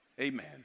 Amen